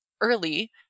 early